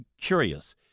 curious